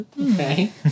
Okay